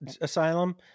asylum